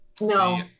no